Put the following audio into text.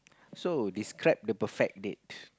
so describe the perfect date